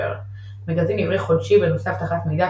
– מגזין עברי חודשי בנושאי אבטחת מידע,